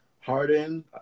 Harden